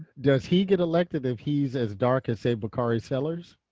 does he get elected if he's as dark as say bakari sellers?